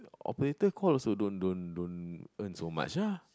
operator call also don't don't don't earn so much ah